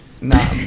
Nah